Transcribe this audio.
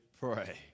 pray